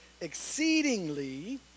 exceedingly